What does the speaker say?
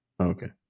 Okay